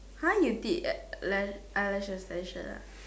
!huh! you did lash eyelash extension ah